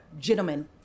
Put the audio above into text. gentlemen